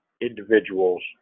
individuals